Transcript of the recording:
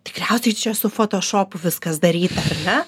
tikriausiai čia su fotošopu viskas daryta ar ne